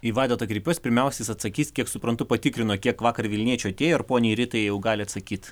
į vaidotą kreipiuos pirmiausia jis atsakys kiek suprantu patikrino kiek vakar vilniečių atėjo ir poniai ritai jau gali atsakyt